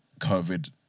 COVID